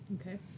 Okay